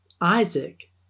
Isaac